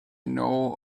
know